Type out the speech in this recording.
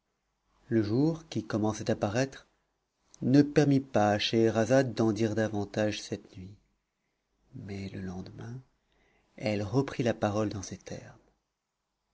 le jour qui commençait à paraître ne permit pas à scheherazade d'en dire davantage cette nuit mais le lendemain elle reprit la parole dans ces termes